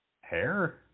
Hair